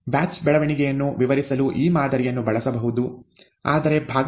batch ಬೆಳವಣಿಗೆಯನ್ನು ವಿವರಿಸಲು ಈ ಮಾದರಿಯನ್ನು ಬಳಸಬಹುದು ಆದರೆ ಭಾಗಗಳಲ್ಲಿ ಮಾತ್ರ